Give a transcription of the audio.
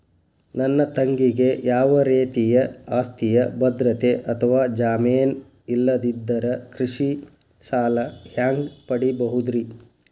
ನನ್ನ ತಂಗಿಗೆ ಯಾವ ರೇತಿಯ ಆಸ್ತಿಯ ಭದ್ರತೆ ಅಥವಾ ಜಾಮೇನ್ ಇಲ್ಲದಿದ್ದರ ಕೃಷಿ ಸಾಲಾ ಹ್ಯಾಂಗ್ ಪಡಿಬಹುದ್ರಿ?